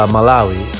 Malawi